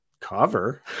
cover